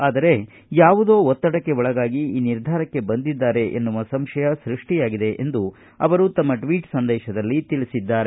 ಆದರೆ ಯಾವುದೋ ಒತ್ತಡಕ್ಕೆ ಒಳಗಾಗಿ ಈ ನಿರ್ಧಾರಕ್ಕೆ ಬಂದಿದ್ದಾರೆ ಎನ್ನುವ ಸಂಶಯ ಸೃಷ್ಟಿಯಾಗಿದೆ ಎಂದು ಅವರು ತಮ್ಮ ಟ್ವೀಟ್ ಸಂದೇಶದಲ್ಲಿ ತಿಳಿಸಿದ್ದಾರೆ